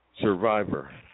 Survivor